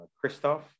Christoph